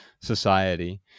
society